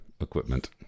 equipment